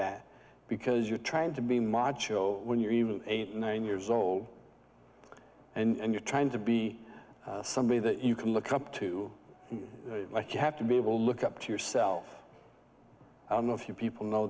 that because you're trying to be macho when you're even eight nine years old and you're trying to be somebody that you can look up to and like you have to be able to look up to yourself i don't know if you people know